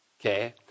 Okay